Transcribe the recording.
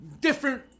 different